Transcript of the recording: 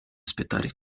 aspettare